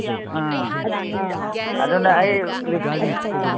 ꯑꯥ ꯑꯗꯨꯅ ꯑꯩ